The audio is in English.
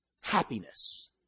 happiness